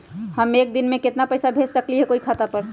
हम एक दिन में केतना पैसा भेज सकली ह कोई के खाता पर?